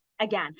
again